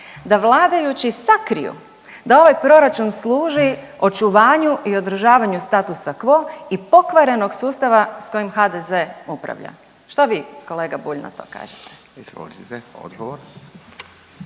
da vladajući sakriju da ovaj proračun služi očuvanju i održavanju statusa quo i pokvarenog sustava s kojim HDZ upravlja. Što vi kolega Bulj na to kažete? **Radin, Furio